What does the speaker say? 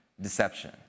deception